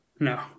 No